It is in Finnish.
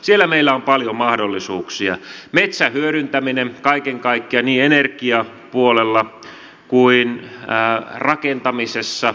siellä meillä on paljon mahdollisuuksia metsän hyödyntäminen kaiken kaikkiaan niin energiapuolella kuin rakentamisessa